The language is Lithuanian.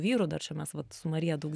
vyru dar čia mes vat su marija daug